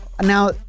Now